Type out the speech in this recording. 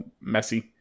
messy